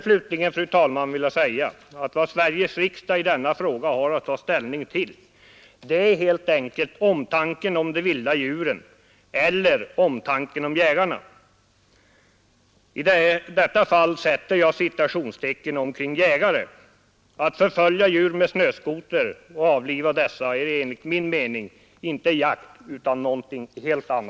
Slutligen vill jag säga att vad Sveriges riksdag har att ta ställning till i denna fråga helt enkelt är omtanken om de vilda djuren eller omtanken